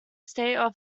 state